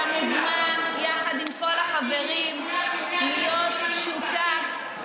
אתה מוזמן יחד עם כל החברים להיות שותף,